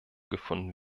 gefunden